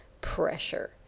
pressure